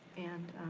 and